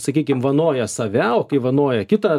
sakykime vanoja save o kai vanoja kitą